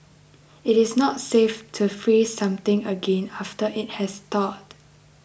it is not safe to freeze something again after it has thawed